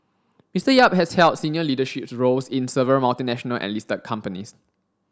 Mister Yap has held senior leadership roles in several multinational and listed companies